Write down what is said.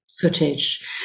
Footage